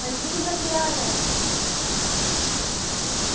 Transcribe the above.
हां जी तुं'दा केह् हाल ऐ